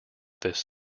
this